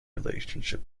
relationship